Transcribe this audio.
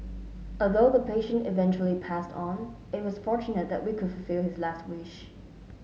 although the patient eventually passed on it was fortunate that we could fulfil his last wish